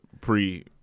pre